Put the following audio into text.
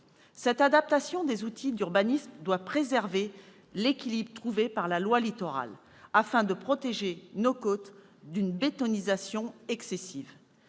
Cette adaptation des outils d'urbanisme doit préserver l'équilibre trouvé par la loi Littoral afin de protéger nos côtes d'une « bétonisation » excessive.